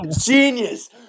Genius